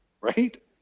right